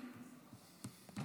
בעזרת השם יתברך, אני,